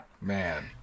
Man